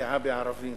שפגיעה בערבים